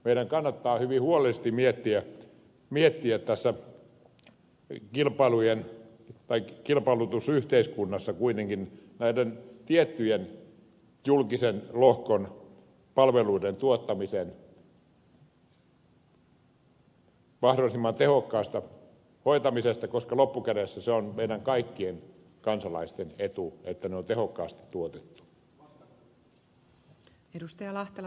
meidän kannattaa hyvin huolellisesti miettiä tässä kilpailutusyhteiskunnassa kuitenkin näiden tiettyjen julkisen lohkon palveluiden tuottamisen mahdollisimman tehokasta hoitamista koska loppukädessä se on meidän kaikkien kansalaisten etu että ne on tehokkaasti tuotettu